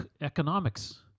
economics